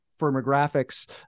firmographics